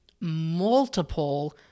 multiple